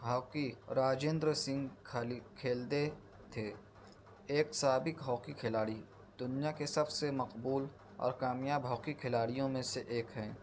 hockey Rajinder Singh خالی کھیلتے تھے ایک سابق ہاکی کھلاڑی دنیا کے سب سے مقبول اور کامیاب ہاکی کھلاڑیوں میں سے ایک ہیں